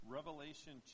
Revelation